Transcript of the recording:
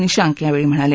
निशांक यावेळी म्हणाले